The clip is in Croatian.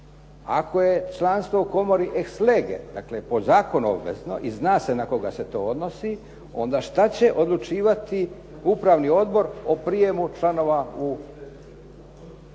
Ako je članstvo u komori ex lege, dakle po zakonu obvezno i zna se na koga se to odnosi, onda šta će odlučivati upravni odbor o prijemu članova u komoru.